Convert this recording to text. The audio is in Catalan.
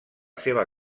seva